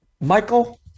Michael